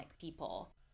people